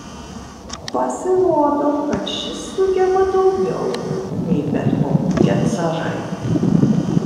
pasirodo kad šis sugeba daugiau nei bet kokie carai